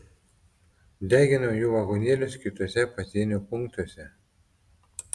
deginome jų vagonėlius kituose pasienio punktuose